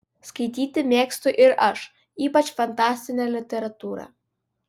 skaityti mėgstu ir aš ypač fantastinę literatūrą